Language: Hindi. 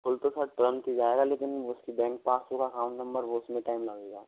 खुल तो सर तुरंत ही जाएगा लेकिन उसकी बैंक पासबुक अकाउंट नंबर वो उसमें टाइम लगेगा